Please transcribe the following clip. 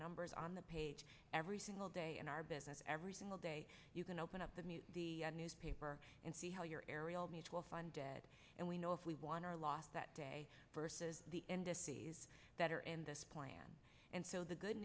numbers on the page every single day in our business every single day you can open up the newspaper and see how your area will find dead and we know if we won or lost that day versus the indices that are in this plan and so the good